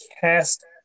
cast